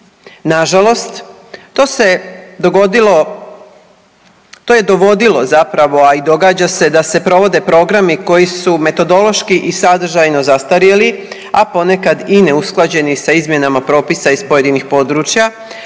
dogodilo, to je dovodilo zapravo, a i događa se da se provode programi koji su metodološki i sadržajno zastarjeli, a ponekad i neusklađeni sa izmjenama propisa iz pojedinih područja